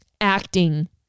acting